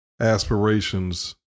aspirations